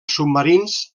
submarins